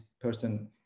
person